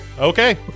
Okay